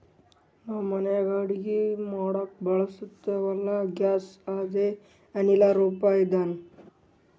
ನಾವ್ ಮನ್ಯಾಗ್ ಅಡಗಿ ಮಾಡ್ಲಕ್ಕ್ ಬಳಸ್ತೀವಲ್ಲ, ಗ್ಯಾಸ್ ಅದೇ ಅನಿಲ್ ರೂಪದ್ ಇಂಧನಾ